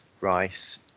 rice